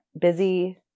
busy